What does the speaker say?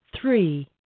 Three